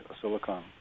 silicon